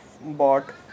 bought